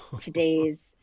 today's